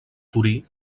torí